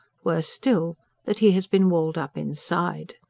worse still that he has been walled up inside.